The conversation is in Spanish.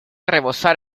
rebosar